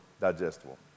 digestible